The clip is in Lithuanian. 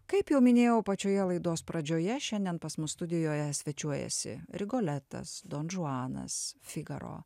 kaip jau minėjau pačioje laidos pradžioje šiandien pas mus studijoje svečiuojasi rigoletas donžuanas figaro